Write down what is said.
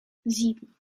sieben